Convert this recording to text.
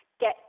get